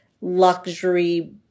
luxury